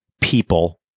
people